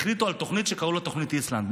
החליטו על תוכנית שקראו לה תוכנית איסלנד.